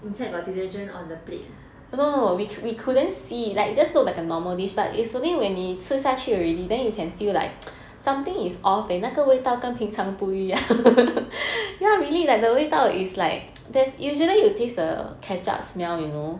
inside got detergent on the plate